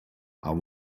are